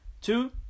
Two